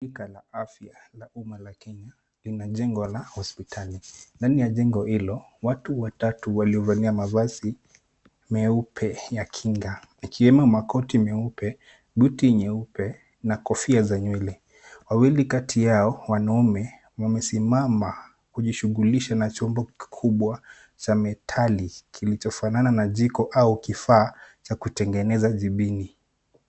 Shirika la afya la umma la Kenya, lina jengo la hospitali. Ndani ya jengo hilo, watu watatu waliovalia mavazi meupe ya kinga. Yakiwemo koti nyeupe, buti nyeupe na kofia za nywele. Wawili kati yao wanaume wamesimama kujishughulisha na chombo kikubwa cha [cs[metali kilichofanana na jiko au kifaa cha kutengeneza jibini.